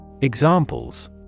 Examples